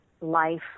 life